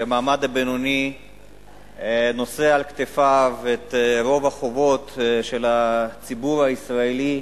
שהמעמד הבינוני נושא על כתפיו את רוב החובות של הציבור הישראלי,